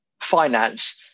finance